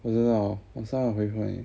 我知道我有回复你